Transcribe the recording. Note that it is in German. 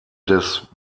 des